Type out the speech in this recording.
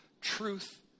truth